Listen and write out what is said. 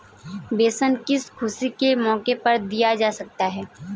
bonus किसी खुशी के मौके पर दिया जा सकता है